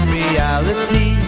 reality